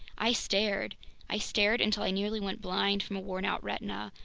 i stared i stared until i nearly went blind from a worn-out retina,